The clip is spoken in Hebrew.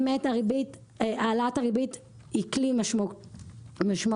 באמת העלאת הריבית היא כלי משמעותי.